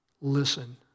Listen